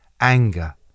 anger